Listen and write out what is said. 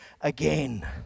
again